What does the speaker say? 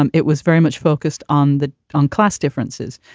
um it was very much focused on the on class differences.